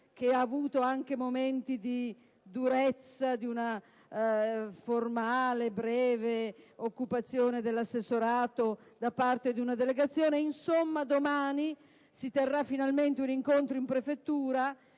e ha avuto anche momenti di durezza: una formale e breve occupazione dell'assessorato da parte di una delegazione. Domani si terrà finalmente un incontro in prefettura